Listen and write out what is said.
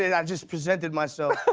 i just presented myself.